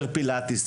יותר פילאטיס,